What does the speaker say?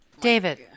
David